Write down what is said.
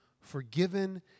forgiven